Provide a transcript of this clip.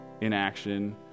inaction